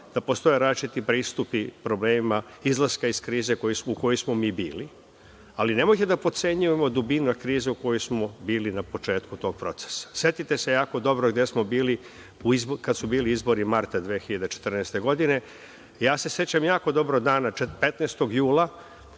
da postoje različiti pristupi problema, izlaska iz krize u kojoj smo mi bili, ali nemojte da procenjujemo dubinu krize u kojoj smo bili na početku tog procesa. Setite se jako dobro gde smo bili kada su bili izbori marta 2014. godine. Ja se sećam jako dobro dana, 15. jula